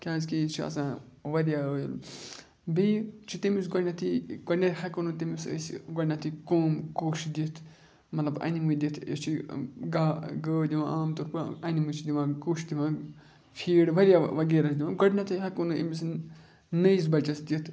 کیٛازِکہِ یہِ چھُ آسان واریاہ ٲیُل بیٚیہِ چھِ تٔمِس گۄڈنٮ۪تھٕے گۄڈنٮ۪تھ ہٮ۪کو نہٕ تٔمِس أسۍ گۄڈنٮ۪تھٕے قوم کوٚش دِتھ مطلب اَنِمہٕ دِتھ أسۍ چھِ گا گٲو دِوان عام طور پر اَنِمہٕ چھِ دِوان کوٚش دِوان فیٖڈ واریاہ وغیرہ چھِ دِوان گۄڈنٮ۪تھٕے ہٮ۪کو نہٕ أمِس نٔیِس بَچَس دِتھ